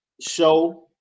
show